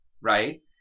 right